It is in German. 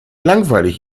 langweilig